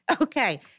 Okay